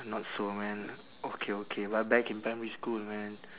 not so man okay okay but back in primary school man